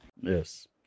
Yes